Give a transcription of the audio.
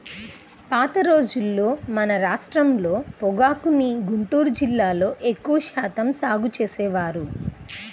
పాత రోజుల్లో మన రాష్ట్రంలో పొగాకుని గుంటూరు జిల్లాలో ఎక్కువ శాతం సాగు చేసేవారు